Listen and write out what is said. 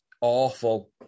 awful